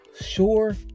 sure